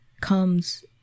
comes